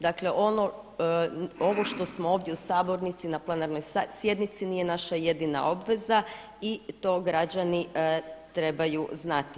Dakle ovo što smo ovdje u sabornici, na plenarnoj sjednici nije naša jedina obveza i to građani trebaju znati.